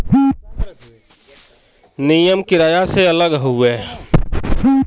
नियम किराया से अलग हउवे